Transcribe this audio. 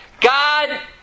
God